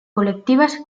colectivas